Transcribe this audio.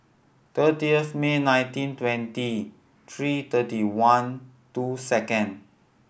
thirtieth May nineteen twenty three thirty one two second